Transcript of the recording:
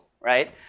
right